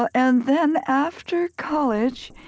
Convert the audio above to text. ah and then after college,